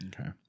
Okay